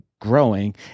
growing